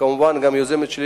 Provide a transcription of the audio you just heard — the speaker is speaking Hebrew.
וכמובן גם היוזמת,